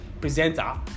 presenter